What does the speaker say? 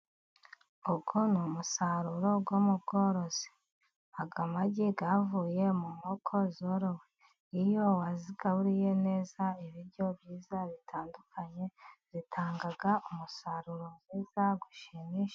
Uyu ni umusaruro wo mu bworozi. Aya magi avuye mu nkoko zorowe. Iyo wazigaburiye neza ibiryo byiza, bitandukanye zitanga umusaruro mwiza ushimisha.